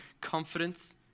confidence